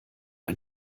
ein